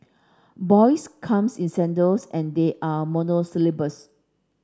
boys comes in sandals and they are monosyllabic